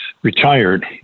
retired